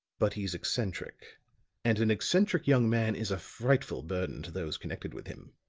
but he's eccentric and an eccentric young man is a frightful burden to those connected with him.